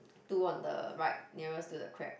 two on the right nearest to the crab